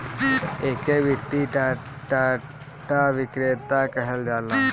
एके वित्तीय डाटा विक्रेता कहल जाला